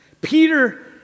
Peter